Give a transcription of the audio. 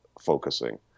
focusing